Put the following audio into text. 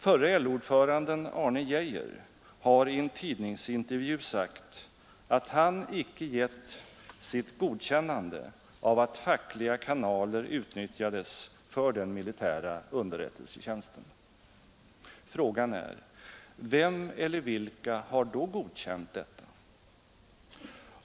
Förre LO-ordföranden Arne Geijer har i en tidningsintervju sagt att han icke gett sitt godkännande av att fackliga kanaler utnyttjades för den militära underrättelsetjänsten. Frågan är: Vem eller vilka har då godkänt detta?